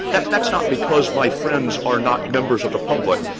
that's that's not because my friends are not members of the public.